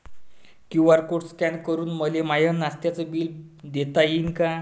QR code scan करून मले माय नास्त्याच बिल देता येईन का?